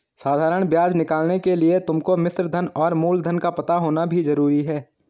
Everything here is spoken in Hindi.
साधारण ब्याज निकालने के लिए तुमको मिश्रधन और मूलधन का पता होना भी जरूरी है